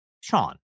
Sean